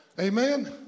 Amen